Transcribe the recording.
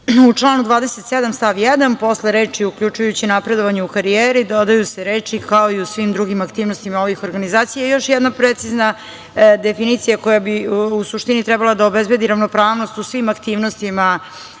članu 27. stav 1. posle reči „uključujući napredovanje u karijeri“, dodaju se reči „kao i u svim drugim aktivnostima ovih organizacija“.Još jedna precizna definicija koja bi u suštini trebala da obezbedi ravnopravnost u svim aktivnostima organizacija